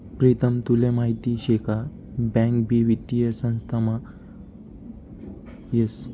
प्रीतम तुले माहीत शे का बँक भी वित्तीय संस्थामा येस